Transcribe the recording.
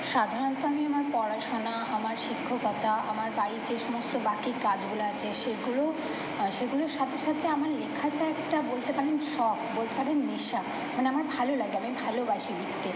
সাধারণত আমি আমার পড়াশোনা আমার শিক্ষকতা আমার বাড়ির যে সমস্ত বাকি কাজগুলো আছে সেগুলো সেগুলোর সাথে সাথে আমার লেখাটা একটা বলতে পারেন শখ বলতে পারেন নেশা মানে আমার ভালো লাগে আমি ভালোবাসি লিকতে